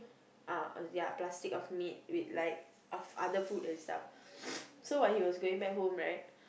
ah ya plastic of meat with like of other food and stuff so when he was going back home right